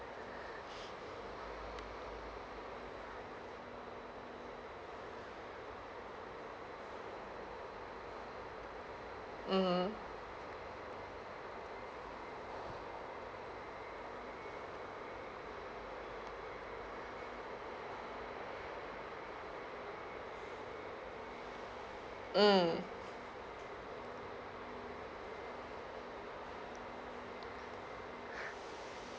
mm mm